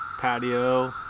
patio